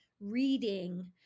reading